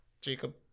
Jacob